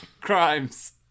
Crimes